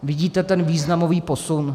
Vidíte ten významový posun?